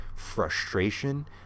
frustration